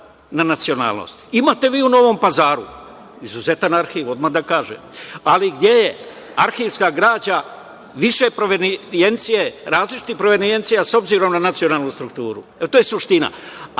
na nacionalnosti. Imate vi u Novom Pazaru izuzetan arhiv, ali gde je arhivska građa više provenijencije, različitih provenijencija, s obzirom na nacionalnu strukturu. To je suština.